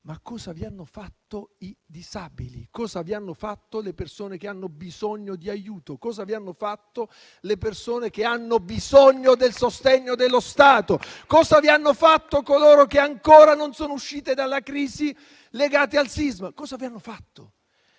Ma cosa vi hanno fatto i disabili? Cosa vi hanno fatto le persone che hanno bisogno di aiuto? Cosa vi hanno fatto le persone che hanno bisogno del sostegno dello Stato? Cosa vi hanno fatto coloro che ancora non sono usciti dalla crisi legata al sisma? Sapete